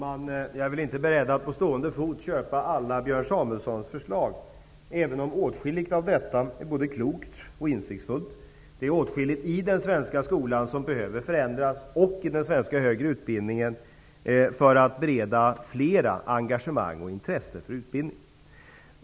Herr talman! Jag är inte beredd att på stående fot köpa alla Björn Samuelsons förslag, även om åtskilliga av dem är både kloka och insiktsfulla. Det finns åtskilligt i den svenska skolan och den högre utbildningen som behöver förändras för att bereda fler engagemang och intresse för utbildning.